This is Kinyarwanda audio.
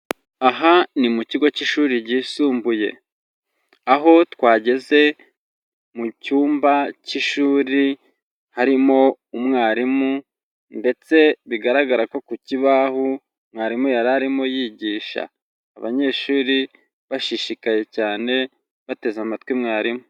Aha ni mu kigo cy'ishuri ryisumbuye, aho twageze mu cyumba cy'ishuri, harimo umwarimu ndetse bigaragara ko ku kibaho mwarimu yari arimo yigisha, abanyeshuri bashishikaye cyane bateze amatwi mwarimu.